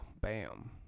Bam